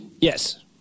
Yes